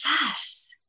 yes